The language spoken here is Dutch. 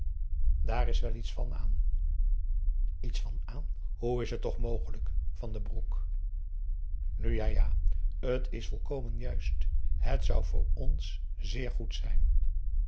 daar is wel iets van aan iets van aan hoe is het toch mogelijk van den broek nu ja ja t is volkomen juist het zou voor ons zeer goed zijn